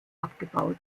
abgebaut